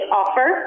offer